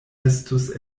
estus